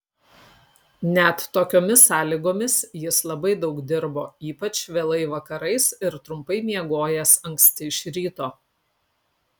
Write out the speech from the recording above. net tokiomis sąlygomis jis labai daug dirbo ypač vėlai vakarais ir trumpai miegojęs anksti iš ryto